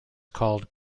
called